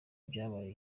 ibyabaye